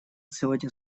сегодня